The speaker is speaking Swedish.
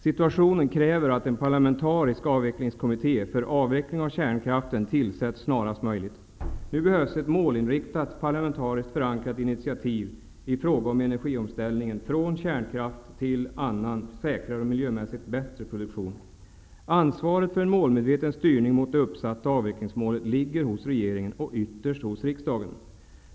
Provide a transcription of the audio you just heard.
Situationen kräver att en parlamentarisk avvecklingskommitté för avveckling av kärnkraften tillsätts snarast möjligt. Nu behövs ett målinriktat parlamentariskt förankrat initiativ när det gäller energiomställningen från kärnkraft till annan säkrare och miljömässigt bättre produktion. Ansvaret för en målmedveten styrning mot det uppsatta avvecklingsmålet ligger hos regeringen, och ytterst hos riksdagen.